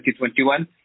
2021